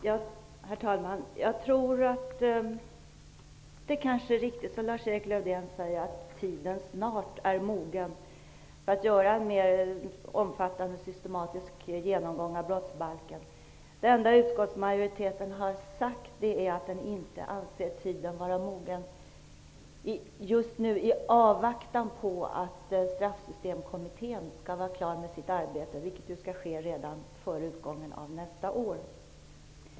Herr talman! Jag tror att det kanske är riktigt som Lars-Erik Lövdén säger, att tiden snart är mogen för att göra en mer omfattande systematisk genomgång av brottsbalken. Det enda utskottsmajoriteten har sagt är att den inte anser tiden vara mogen just nu. Man vill avvakta att Straffsystemkommittén skall bli klar med sitt arbete, vilket skall ske redan före utgången av nästa år.